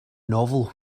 novel